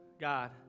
God